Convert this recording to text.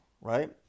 right